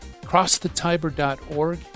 crossthetiber.org